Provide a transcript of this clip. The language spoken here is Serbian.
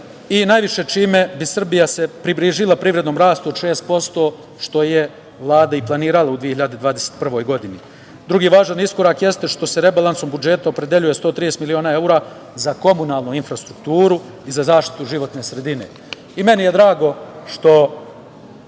BDP-a, čime bi se Srbija približila privrednom rastu od 6%, što je Vlada i planirala u 2021. godini. Drugi važan iskorak jeste što se rebalansom budžeta opredeljuje 130 miliona evra za komunalnu infrastrukturu i za zaštitu životne sredine. Meni je drago što